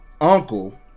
uncle